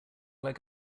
like